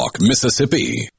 Mississippi